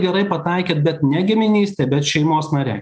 gerai pataikėt bet ne giminystė bet šeimos nariai